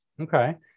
Okay